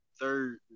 third